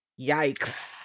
Yikes